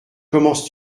commences